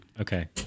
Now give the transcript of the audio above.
okay